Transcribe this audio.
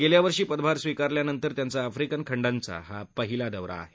गेल्यावर्षी पदभार स्वीकारल्यानंतर त्यांचा आफ्रिकन खंडांचा हा पहिला दौरा आहे